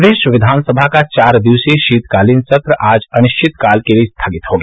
प्रदेश विधानसभा का चार दिवसीय शीतकालीन सत्र आज अनिश्चितकाल के लिये स्थगित हो गया